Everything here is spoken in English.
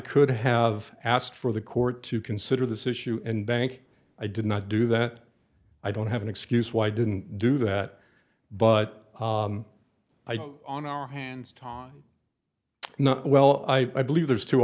could have asked for the court to consider this issue and bank i did not do that i don't have an excuse why i didn't do that but i did on our hands talk not well i believe there's two